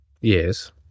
Yes